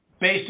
based